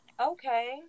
okay